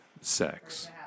sex